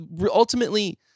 Ultimately